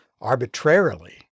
arbitrarily